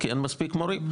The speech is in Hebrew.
כי אין מספיק מורים,